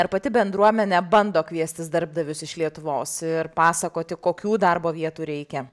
ar pati bendruomenė bando kviestis darbdavius iš lietuvos ir pasakoti kokių darbo vietų reikia